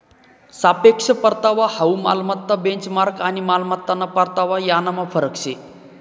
सापेक्ष परतावा हाउ मालमत्ता बेंचमार्क आणि मालमत्ताना परतावा यानमा फरक शे